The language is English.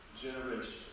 generation